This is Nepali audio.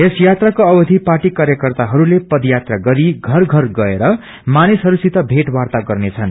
यस यात्राको अवधि पार्टी कार्यकर्ताहरूले पदयात्रा गरी घरघर गएर मनिसहस्सित भेट वार्ता गर्नेछन्